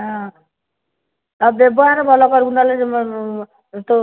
ହଁ ଆଉ ବ୍ୟବହାର ଭଲ କରିବୁ ନହେଲେ ତୋ